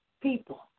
people